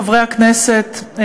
חברי הכנסת,